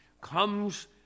comes